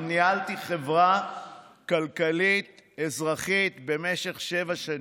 וגם ניהלתי חברה כלכלית אזרחית במשך שבע שנים,